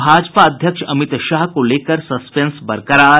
भाजपा अध्यक्ष अमित शाह को लेकर सस्पेंस बरकरार